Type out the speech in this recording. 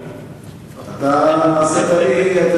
אשרי המאמין.